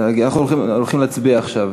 אנחנו הולכים להצביע עכשיו.